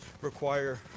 require